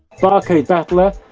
barcode battler,